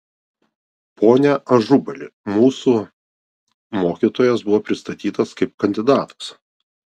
pone ažubali mūsų mokytojas buvo pristatytas kaip kandidatas